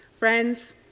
Friends